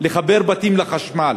לחבר בתים לחשמל.